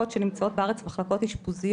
יש בארץ מעט מאוד מחלקות אשפוז.